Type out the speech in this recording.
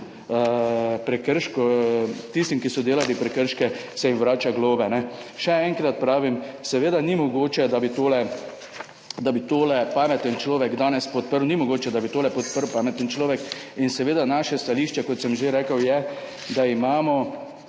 vrača, tistim, ki so delali prekrške, se vrača globe. Še enkrat pravim, seveda ni mogoče, da bi tole pameten človek danes podprl. Ni mogoče, da bi tole podprl pameten človek. Naše stališče, kot sem že rekel, je, da imamo